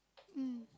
mm